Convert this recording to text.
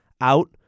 out